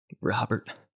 Robert